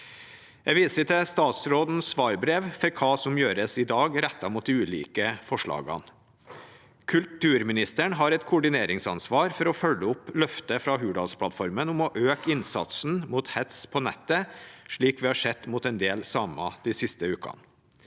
Jeg viser til statsrådens svarbrev om hva som gjøres i dag når det gjelder de ulike forslagene. Kulturministeren har et koordineringsansvar for å følge opp løftet fra Hurdalsplattformen om å øke innsatsen mot hets på nettet, slik vi har sett mot en del samer de siste ukene.